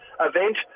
event